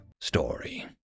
story